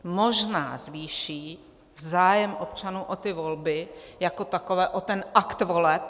Možná zvýší zájem občanů o ty volby jako takové, o ten akt voleb.